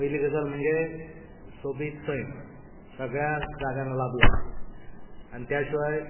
पयली गजाल म्हणजे सोबीत सैम सगळ्यां जाग्यांक लाबलां आनी त्या शिवाय